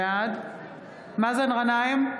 בעד מאזן גנאים,